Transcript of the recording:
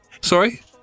Sorry